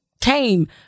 came